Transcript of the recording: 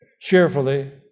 cheerfully